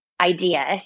idea